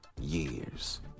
years